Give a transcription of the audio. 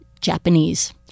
Japanese